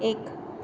एक